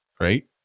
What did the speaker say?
right